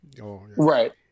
right